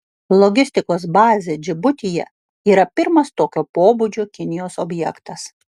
logistikos bazė džibutyje yra pirmas tokio pobūdžio kinijos objektas